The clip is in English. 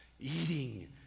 Eating